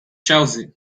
chelsea